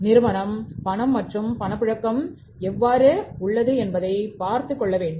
நிறுவனத்தில் பணம் மற்றும் பணப்புழக்கம்உள்ளதா என்பதை பார்த்துக்கொள்ள வேண்டும்